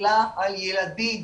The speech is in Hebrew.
שהסתכלה על ילדים